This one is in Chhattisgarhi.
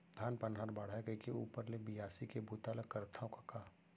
धान पान हर बाढ़य कइके ऊपर ले बियासी के बूता ल करथव कका